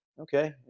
Okay